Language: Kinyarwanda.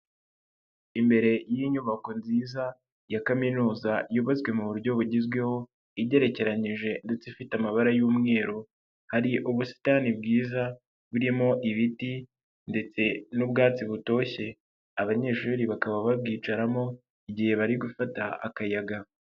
Imbere y'inyubako nziza ya kaminuza yubatswe mu buryo bugezweho, igerekeranyije ndetse ifite amabara y'umweru, hari ubusitani bwiza burimo ibiti ndetse n'ubwatsi butoshye, abanyeshuri bakaba babwicaramo igihe bari gufata akayaga.